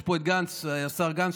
ויש פה את השר גנץ,